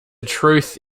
truth